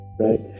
right